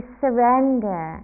surrender